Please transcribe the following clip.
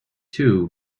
too